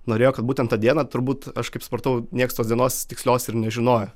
norėjo kad būtent tą dieną turbūt aš kaip supratau nieks tos dienos tikslios ir nežinojo